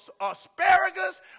asparagus